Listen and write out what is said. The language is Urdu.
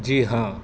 جی ہاں